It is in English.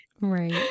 right